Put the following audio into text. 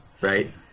right